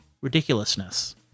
Ridiculousness